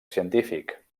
científic